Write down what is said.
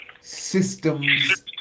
system's